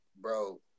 bro